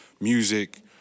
music